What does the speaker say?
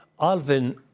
Alvin